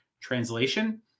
Translation